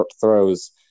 throws